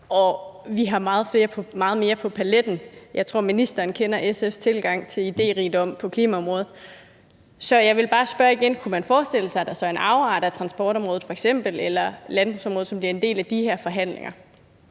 og vi har meget mere på paletten; jeg tror, ministeren kender SF's tilgang til idérigdom på klimaområdet. Jeg vil bare spørge igen: Kunne man forestille sig, at der så er en afart af f.eks. transportområdet eller landbrugsområdet, som bliver en del af de her forhandlinger?